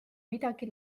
midagi